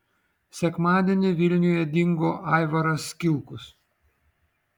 sekmadienį vilniuje dingo aivaras kilkus